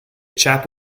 chap